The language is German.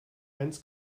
eins